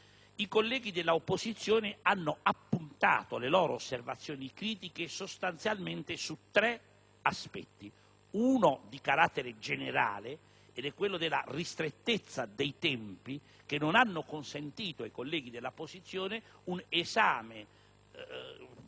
I colleghi dell'opposizione hanno concentrato le loro osservazioni critiche sostanzialmente su tre aspetti. Il primo aspetto è di carattere generale ed è quello della ristrettezza dei tempi, che non ha consentito ai colleghi dell'opposizione un esame